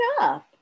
up